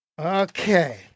Okay